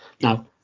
Now